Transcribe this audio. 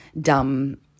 dumb